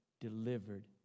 delivered